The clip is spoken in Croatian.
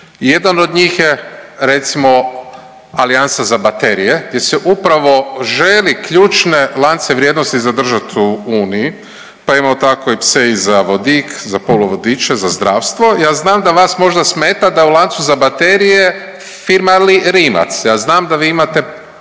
jedan od njih je recimo alijansa za baterije gdje se upravo želi ključne lance vrijednosti zadržat u Uniji, pa imamo tako IPCEI za vodik, za poluvodiče, za zdravstvo. Ja znam da vas možda smeta da je u lancu za baterije firma Rimac, ja znam da vi imate